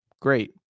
Great